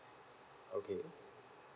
okay